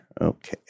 okay